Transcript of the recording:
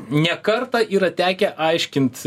ne kartą yra tekę aiškint